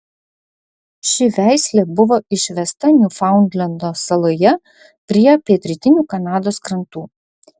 ši veislė buvo išvesta niufaundlendo saloje prie pietrytinių kanados krantų